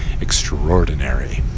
extraordinary